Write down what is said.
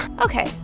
Okay